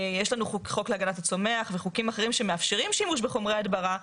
יש לנו חוק להגנת הצומח וחוקים אחרים שמאפשרים שימוש בחומרי הדברה,